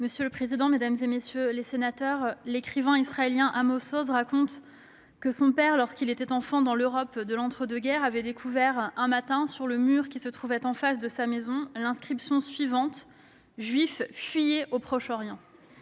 Monsieur le président, mesdames, messieurs les sénateurs, l'écrivain israélien Amos Oz raconte que son père, lorsqu'il était enfant dans l'Europe de l'entre-deux-guerres, avait découvert un matin, sur le mur en face de sa maison, l'inscription suivante :« Juifs, fuyez au Proche-Orient !